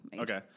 Okay